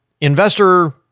investor